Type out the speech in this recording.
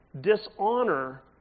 dishonor